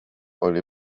oli